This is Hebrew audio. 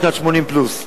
בשנת 1980 פלוס,